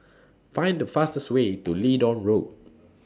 Find The fastest Way to Leedon Road